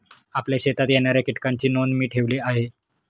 आपल्या शेतात येणाऱ्या कीटकांची नोंद मी ठेवली आहे